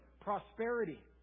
prosperity